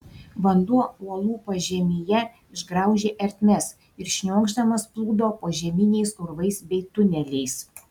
vanduo uolų pažemyje išgraužė ertmes ir šniokšdamas plūdo požeminiais urvais bei tuneliais